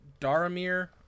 Daramir